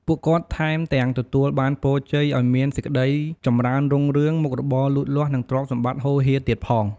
ពួកគាត់ថែមទាំងទទួលបានពរជ័យឲ្យមានសេចក្ដីចម្រើនរុងរឿង មុខរបរលូតលាស់ និងទ្រព្យសម្បត្តិហូរហៀរទៀតផង។